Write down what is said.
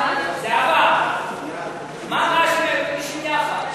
זהבה, מה רע שהם מגישים יחד?